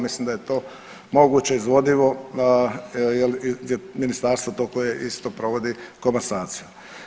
Mislim da je to moguće izvodivo jer je ministarstvo to koje isto provodi komasaciju.